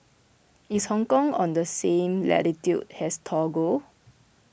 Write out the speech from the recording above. is Hong Kong on the same latitude as Togo